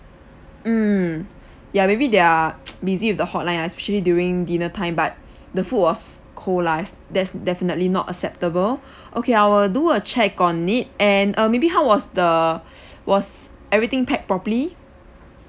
mm ya maybe they're busy with the hotline ah especially during dinner time but the food was cold lah that's definitely not acceptable okay I will do a check on it and uh maybe how was the was everything packed properly